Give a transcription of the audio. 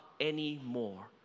anymore